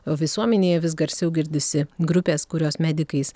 o visuomenėje vis garsiau girdisi grupės kurios medikais